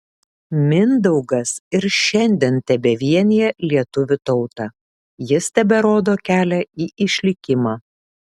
mindaugas ir šiandien tebevienija lietuvių tautą jis teberodo kelią į išlikimą